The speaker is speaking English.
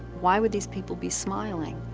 why would these people be smiling?